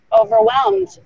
overwhelmed